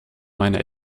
meine